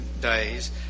days